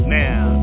now